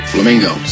Flamingo